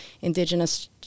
Indigenous